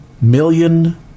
million